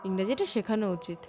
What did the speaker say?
ইংরাজিটা শেখানো উচিত